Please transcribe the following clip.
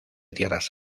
tierras